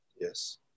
Yes